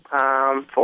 Four